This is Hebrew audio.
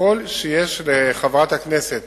ככל שיש לחברת הכנסת